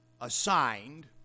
assigned